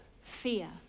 fear